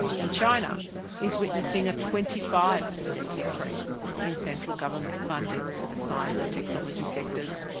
and china is witnessing a twenty five percent increase in central government funding to the science and technology sectors.